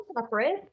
separate